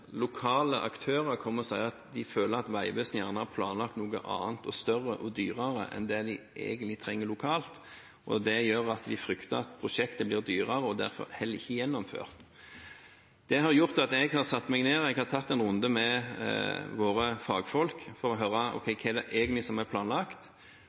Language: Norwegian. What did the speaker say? lokale aktører kommer og sier at de føler at Vegvesenet har planlagt noe annet, større og dyrere enn det de egentlig trenger lokalt, og det gjør at de frykter at prosjektet blir dyrere og derfor heller ikke gjennomført. Det har gjort at jeg har satt meg ned og tatt en runde med våre fagfolk for å høre hva det egentlig er som er planlagt, og